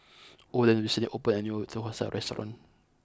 Olen recently opened a new Thosai restaurant